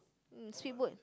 mm speedboat